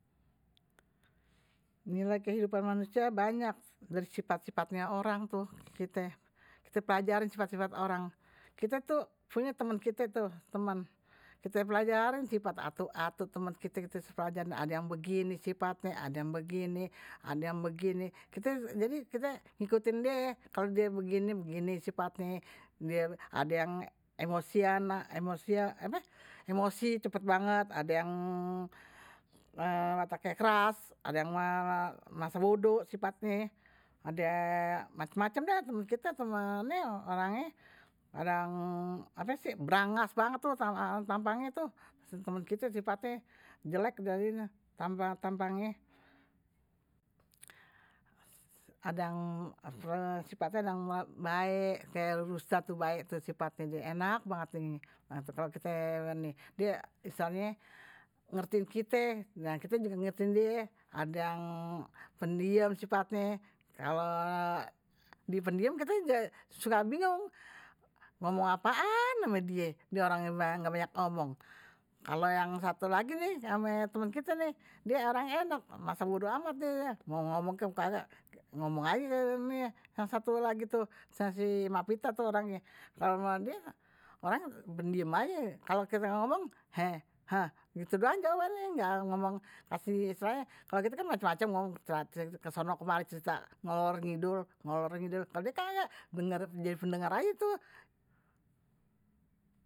Nilai kehidupan manusia banyak bersifat sifatnye orang tuh kita pelajari sifat-sifat orang kita tuh punya teman kita itu teman teman, kite pelajarin sifat atu atu, temen kite kite pelajarin, ada yang begini sifatnye ada yang begini, ada yan begini, jadi kite ngikuti die, kalo die begini, begini sifatnye, die ada yang emosian, ape emosi cepet banget, ada yang wataknye keras, ada yang masa bodo sifatnye, ada macem macem dah temen kite orangnye. ada yang ape sih berangas banget tampangnye, temen kite tuh sifatnye jelek, tampangnye, ada yang sifatnye baek kayak rusna tuh sifatnye baek, die enak banget kalo kite ini ngertiin kite, nah kite juga ngertiin die, ada yang pendiem sifatnye. kalo die pendiem kite juga suka bingung, ngomong apaan ama die, die orangnye ga banyak omong, kalo yang satu lagi nih ama temen kite nih die orangnye enak masa bodo amat mau ngomong kek mau kagak, ngomong aje kali nih ye yang satu lagi tuh yang mak pita tuh orangnye, kalo ama die orangnye pendiem aje kalo kite ga ngomong, gitu doang jawabannye. masih istilahnye kalo kite kan ngomong macem macem, ke sono kemari ngalor ngidul, ngalor ngidul, kalo die sih kagak jadi pendengar aje tuh.